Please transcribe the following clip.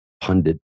pundit